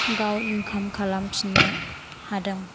गाव इन्काम खालामफिननो हादों